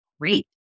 great